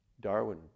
Darwin